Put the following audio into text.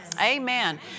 Amen